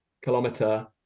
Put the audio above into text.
kilometer